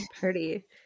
party